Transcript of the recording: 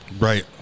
Right